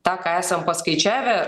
tą ką esam paskaičiavę